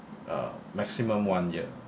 uh maximum one year